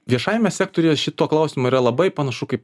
viešajame sektoriuje šituo klausimu yra labai panašu kaip